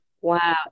Wow